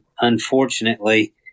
unfortunately